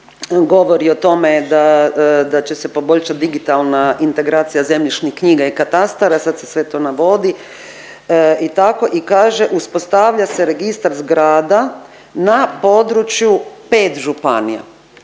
govori o tome da će se poboljšati digitalna integracija zemljišnih knjiga i katastara sad se sve to navodi i tako i kaže uspostavlja se registar zgrada na području 5 županija.